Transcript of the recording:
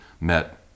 met